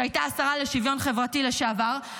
השרה לשוויון חברתי לשעבר,